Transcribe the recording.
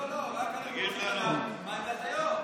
לא, לא, רק רוצים לדעת מה עמדת היו"ר.